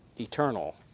eternal